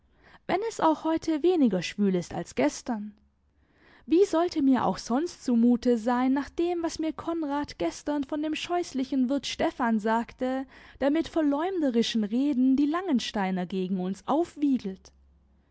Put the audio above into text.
wenn es auch heute weniger schwül ist als gestern wie sollte mir auch sonst zumute sein nach dem was mir konrad gestern von dem scheußlichen wirt stephan sagte der mit verleumderischen reden die langensteiner gegen uns aufwiegelt